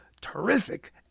Terrific